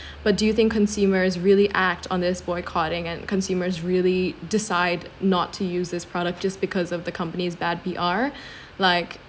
but do you think consumers really act on this boycotting and consumers really decide not to use this product just because of the company's bad P_R like